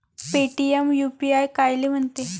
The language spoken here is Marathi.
पेटीएम यू.पी.आय कायले म्हनते?